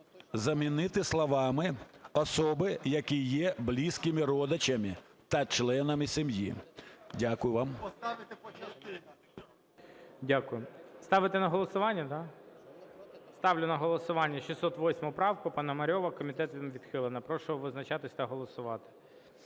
замінити словами "особи, які є близькими родичами та членами сім'ї". Дякую вам.